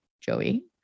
Joey